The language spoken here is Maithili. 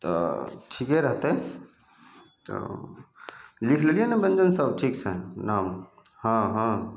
तऽ ठिके रहतइ तऽ लिख लेलियै ने व्यञ्जन सब ठीकसँ नाम हँ हँ